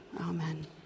amen